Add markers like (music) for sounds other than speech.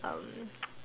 um (noise)